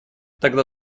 тогда